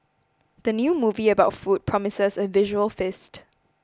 the new movie about food promises a visual feast